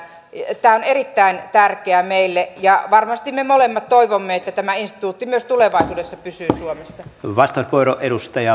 tämä on erittäin tärkeää meille ja varmasti me molemmat toivomme että tämä instituutti myös tulevaisuudessa pysyy suomessa vasta kun edustaja